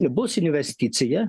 bus investicija